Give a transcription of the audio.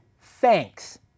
thanks